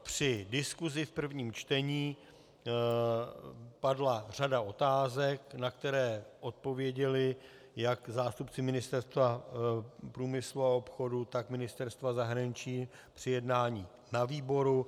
Při diskusi v prvním čtení padla řada otázek, na které odpověděli jak zástupci Ministerstva průmyslu a obchodu, tak Ministerstva zahraničí při jednání na výboru.